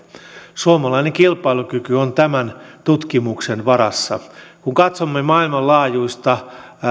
suomalainen kilpailukyky on tämän tutkimuksen varassa kun katsomme maailmanlaajuista